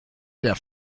der